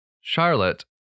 Charlotte